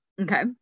Okay